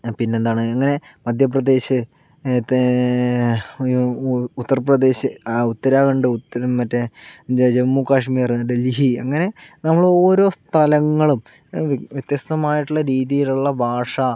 പിന്നെന്താണ് ഇങ്ങനെ മധ്യപ്രദേശ് തേ ഉയു ഉ ഉത്തര്പ്രദേശ് ഉത്തരാഖണ്ഡും മറ്റ് ജമ്മുകാഷ്മീർ ഡല്ഹി അങ്ങനെ നമ്മൾ ഓരോ സ്ഥലങ്ങളും വ്യത്യസ്ഥമായിട്ടുള്ള രീതിയിലുള്ള ഭാഷ